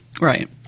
right